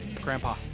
Grandpa